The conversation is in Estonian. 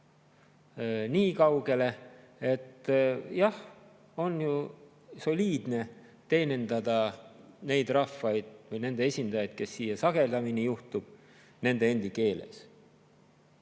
nii kaugele, et jah, on ju soliidne teenindada neid rahvaid ja nende esindajaid, kes siia sagedamini juhtuvad, nende endi keeles.